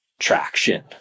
traction